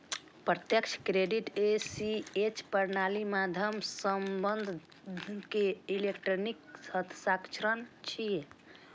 प्रत्यक्ष credit ACH प्रणालीक माध्यम सं धन के इलेक्ट्रिक हस्तांतरण छियै